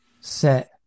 set